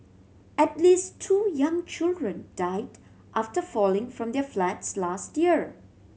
at least two young children died after falling from their flats last year